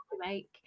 make